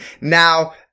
now